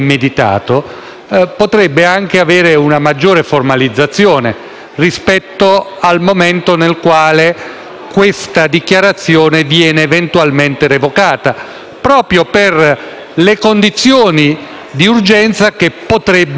rispetto al momento nel quale la stessa dichiarazione viene eventualmente revocata, proprio per le condizioni di urgenza che potrebbero sopravvenire